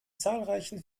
zahlreichen